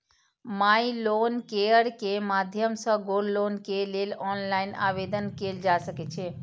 माइ Loan Care के माध्यम सं गोल्ड लोन के लेल ऑनलाइन आवेदन कैल जा सकै छै